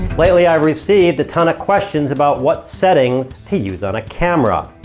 lately i've received a ton of questions about what settings to use on a camera.